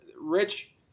Rich